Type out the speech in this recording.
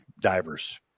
divers